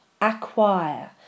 acquire